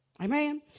Amen